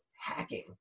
hacking